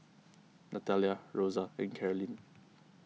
Nathalia Rosa and Carolyn